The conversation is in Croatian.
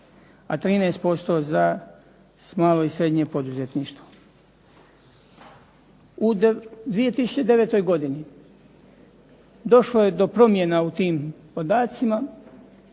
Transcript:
a 13% za malo i srednje poduzetništvo. U 2009. godini došlo je do promjena u tim podacima,